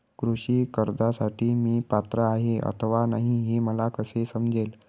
कृषी कर्जासाठी मी पात्र आहे अथवा नाही, हे मला कसे समजेल?